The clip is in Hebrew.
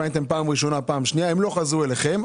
פניתם פעם ראשונה, פעם שנייה, והן לא חזרו אליכם.